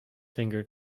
finger